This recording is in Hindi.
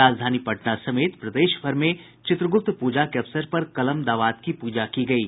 राजधानी पटना समेत प्रदेशभर में चित्रगुप्त पूजा के अवसर पर कलम दवात की पूजा की गयी